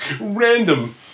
random